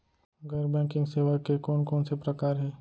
गैर बैंकिंग सेवा के कोन कोन से प्रकार हे?